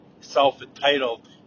self-entitled